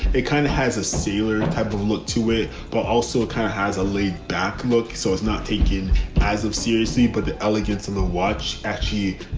it kind of has a sealer and type of look to it, but also it ah kind of has a laid back look. so it's not taken as of seriously. but the elegance and the watch actually.